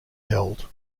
held